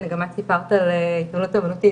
גם את סיפרת על אמנות אמנותית,